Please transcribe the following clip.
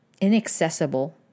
inaccessible